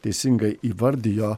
teisingai įvardijo